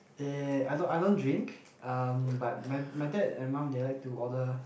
uh I don't I don't drink um but my my dad and mum they like to order